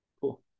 cool